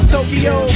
Tokyo